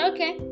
Okay